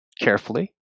carefully